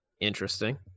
Interesting